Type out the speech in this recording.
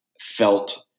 felt